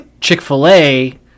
chick-fil-a